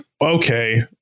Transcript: okay